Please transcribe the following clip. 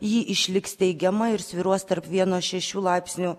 ji išliks teigiama ir svyruos tarp vieno šešių laipsnių